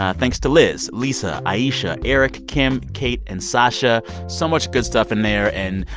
ah thanks to liz, lisa, aisha, eric, kim, kate and sasha. so much good stuff in there. and,